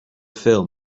film